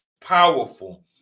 powerful